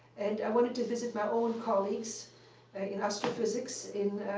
and i wanted to visit my own colleagues in astrophysics in